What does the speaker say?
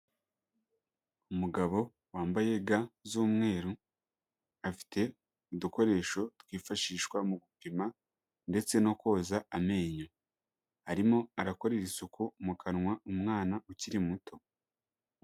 Umugabo wambaye ga z'umweru afite udukoresho twifashishwa mu gupima ndetse no koza amenyo, arimo arakorera isuku mu kanwa umwana ukiri muto.